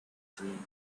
dream